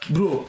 Bro